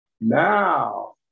Now